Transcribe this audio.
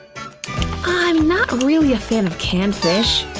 um not really a fan of canned fish.